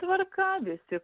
tvarka visi